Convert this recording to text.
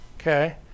Okay